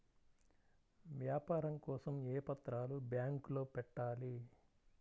వ్యాపారం కోసం ఏ పత్రాలు బ్యాంక్లో పెట్టాలి?